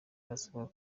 arasabwa